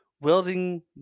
welding